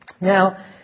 Now